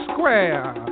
Square